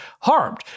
harmed